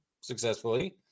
successfully